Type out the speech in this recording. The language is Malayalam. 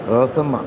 റോസമ്മ